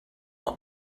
not